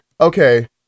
okay